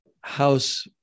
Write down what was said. house